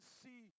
see